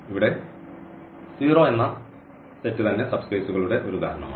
ഇവിടെ 0 എന്ന സെറ്റ് തന്നെ സബ്സ്പേസുകളുടെ ഒരു ഉദാഹരണം ആണ്